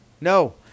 no